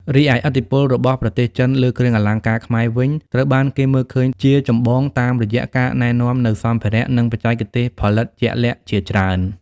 រីឯឥទ្ធិពលរបស់ប្រទេសចិនលើគ្រឿងអលង្ការខ្មែរវិញត្រូវបានគេមើលឃើញជាចម្បងតាមរយៈការណែនាំនូវសម្ភារៈ និងបច្ចេកទេសផលិតជាក់លាក់ជាច្រើន។